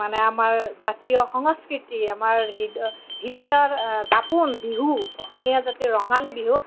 মানে আমাৰ জাতীয় সংস্কৃতি আমাৰ হৃদ হৃদয়ৰ দাপোন বিহু অসমীয়া জাতীৰ ৰঙালী বিহু